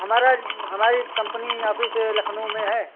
हमारा हमारी company office ये लखनऊ में है